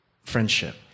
friendship